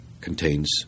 Contains